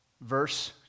Verse